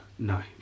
No